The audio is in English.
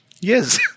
Yes